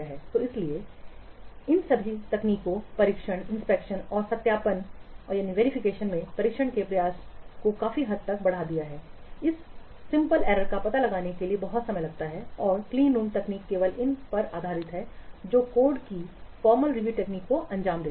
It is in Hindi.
तो इसीलिए इन सभी तकनीकों परीक्षण निरीक्षण और सत्यापन में परीक्षण के प्रयास को काफी हद तक बढ़ा दिया जाता है इस सरल त्रुटियों का पता लगाने के लिए बहुत समय लगता है और क्लीनरूम तकनीक केवल इन पर आधारित होती है जो कोड की फॉर्मल रिव्यू तकनीक को अंजाम देती है